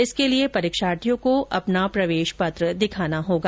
इसके लिये परीक्षार्थियों को अपना प्रवेश पत्र दिखाना होगा